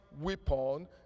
weapon